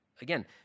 Again